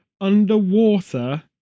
underwater